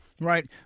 right